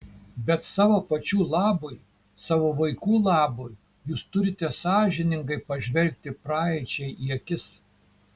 bet savo pačių labui savo vaikų labui jūs turite sąžiningai pažvelgti praeičiai į akis